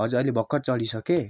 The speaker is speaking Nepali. हजुर अहिले भर्खर चढिसकेँ